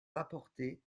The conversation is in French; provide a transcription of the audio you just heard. rapportées